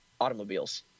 automobiles